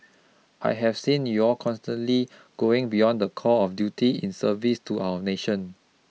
I have seen you all consistently going beyond the call of duty in service to our nation